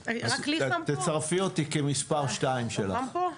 תצרפי אותי כמספר 2 שלך.